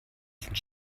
sind